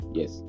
Yes